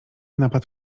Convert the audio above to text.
napad